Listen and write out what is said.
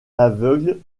aveugle